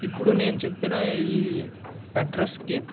ఇప్పుడు నేను చెప్పిన ఈ అడ్రస్కి